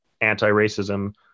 anti-racism